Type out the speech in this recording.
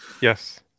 Yes